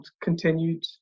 continued